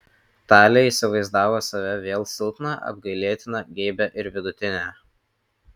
talė įsivaizdavo save vėl silpną apgailėtiną geibią ir vidutinę